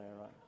right